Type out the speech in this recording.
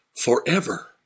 forever